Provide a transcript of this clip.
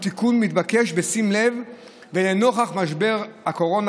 הוא תיקון מתבקש בשים לב ולנוכח משבר הקורונה